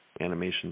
animation